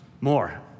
more